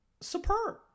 superb